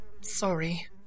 sorry